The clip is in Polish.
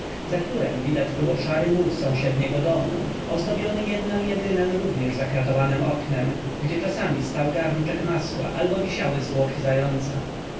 za którem widać było szary mur sąsiedniego domu ozdobiony jednem jedynem również zakratowanem oknem gdzie czasami stał garnczek masła albo wisiały zwłoki zająca